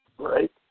Right